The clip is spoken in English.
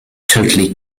totally